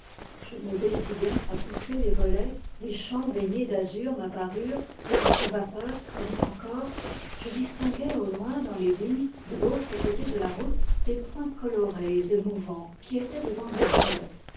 je me décidai à pousser les volets les champs baignés d'azur m'apparurent quelques vapeurs traînaient encore je distinguai au loin dans les vignes de l'autre côté de la route des points colorés et mouvants qui étaient des vendangeurs